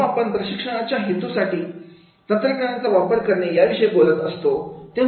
जेव्हा आपण प्रशिक्षणाच्या हेतूसाठी तंत्रज्ञानाचा वापर करणे याविषयी बोलत असतो